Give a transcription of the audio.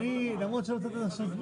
היושב-ראש נאלץ לצאת ואנחנו עכשיו נמשיך